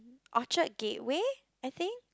Orchard Gateway I think